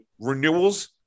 renewals